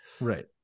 Right